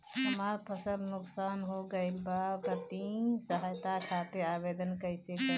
हमार फसल नुकसान हो गईल बा वित्तिय सहायता खातिर आवेदन कइसे करी?